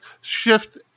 shift